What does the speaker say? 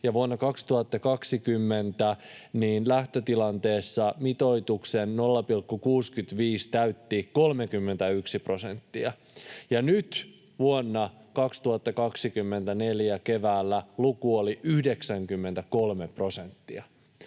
vuonna 2020 lähtötilanteessa mitoituksen 0,65 täytti 31 prosenttia, ja nyt vuonna 2024 keväällä luku oli 93 prosenttia.